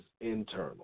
internal